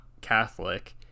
Catholic